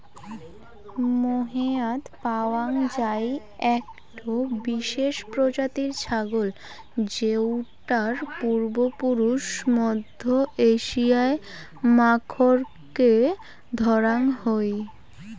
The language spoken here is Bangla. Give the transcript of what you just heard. মোহেয়াৎ পাওয়াং যাই একটো বিশেষ প্রজাতির ছাগল যৌটার পূর্বপুরুষ মধ্য এশিয়ার মাখরকে ধরাং হই